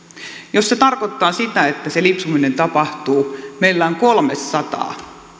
jos se tarkoittaa sitä että se lipsuminen tapahtuu meillä on kolmesataa